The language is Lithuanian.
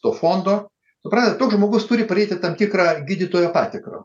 to fondo suprantat toks žmogus turi praeiti tam tikrą gydytojo patikrą